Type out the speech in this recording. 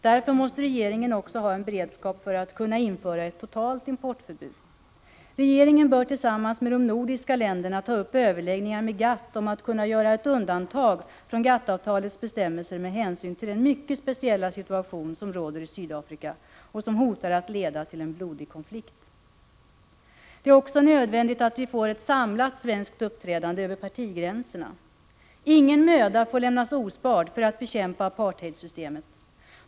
Därför måste regeringen också ha en beredskap för att kunna införa ett totalt importförbud. Regeringen bör tillsammans med de nordiska länderna ta upp överläggningar med GATT om att kunna göra undantag från GATT-avtalets bestämmelser med hänsyn till den mycket speciella situation som råder i Sydafrika och som hotar att leda till en blodig konflikt. Det är också nödvändigt att vi får ett samlat svenskt uppträdande över partigränserna. Ingen möda får sparas när det gäller att bekämpa apartheidsystemet.